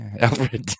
Alfred